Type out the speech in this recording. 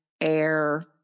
air